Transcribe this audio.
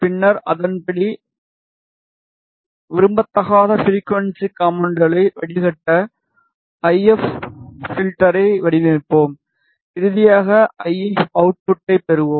பின்னர் அதன்படி விரும்பத்தகாத ஃபிரிகுவன்ஸி காம்போனென்ட்களை வடிகட்ட ஐ எப் பில்டரை வடிவமைப்போம் இறுதியாக ஐ எப் அவுட்புட்டை பெறுவோம்